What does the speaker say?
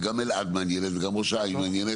וגם אלעד מעניינת וגם ראש העין מעניינת,